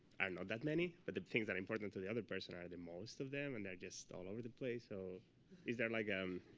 and not that many, but the things that are important to the other person are the most of them. and they're just all over the place. so is there like um